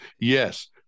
yes